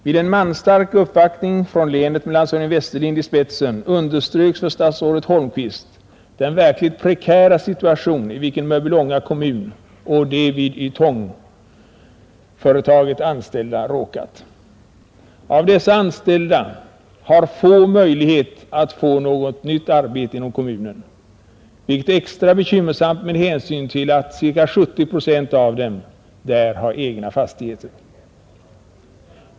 Vid en manstark uppvaktning från länet med landshövding Westerlind i spetsen underströks för statsrådet Holmqvist den verkligt prekära situation i vilken Mörbylånga kommun och de vid Ytongföretaget anställda råkat. Av dessa anställda har få möjlighet att få något nytt arbete inom kommunen, vilket är extra bekymmersamt med hänsyn till att cirka 70 procent av dem där har egna fastigheter.